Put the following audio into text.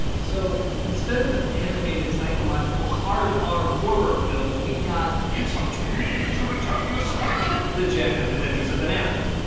so, instead of an animated psychological hard r horror film, we got. it's up to me to return the spike! the jacked up adventures of banana man?